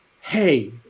hey